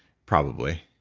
probably.